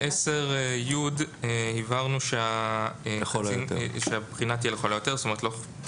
בסעיף 10י הבהרנו שבחינה תהיה לכל היותר מדי שלוש שנים.